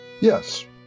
Yes